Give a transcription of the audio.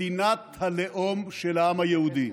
מדינת הלאום של העם היהודי.